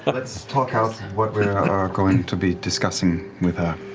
let's talk out what we are going to be discussing with her.